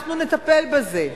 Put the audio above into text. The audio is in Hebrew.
אנחנו נטפל בזה.